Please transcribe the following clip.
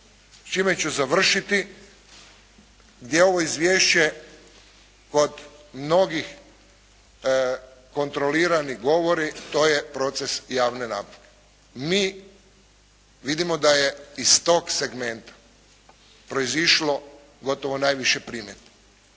čime ću završiti, gdje ovo izvješće kod mnogih kontrolirani govori, to je proces javne nabave. Mi vidimo da je iz tog segmenta proizišlo gotovo najviše primjedbi,